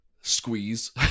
squeeze